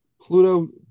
Pluto